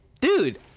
dude